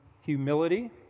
humility